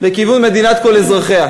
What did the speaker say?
לכיוון מדינת כל אזרחיה.